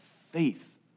faith